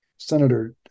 Senator